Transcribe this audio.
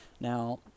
Now